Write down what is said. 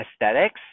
aesthetics